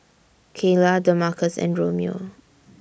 Kaylah Damarcus and Romeo